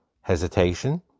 hesitation